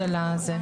האלה.